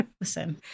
Listen